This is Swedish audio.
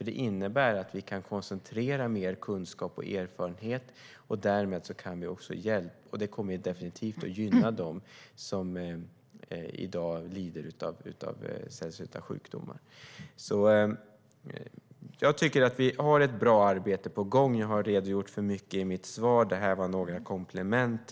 Det innebär att vi kan koncentrera mer kunskap och erfarenhet. Det kommer definitivt att gynna dem som lider av sällsynta sjukdomar i dag. Jag tycker att det är ett bra arbete som är på gång. Jag har redogjort för mycket i mitt svar. Det här var några komplement.